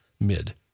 mid